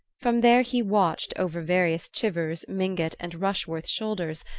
from there he watched, over various chivers, mingott and rushworth shoulders,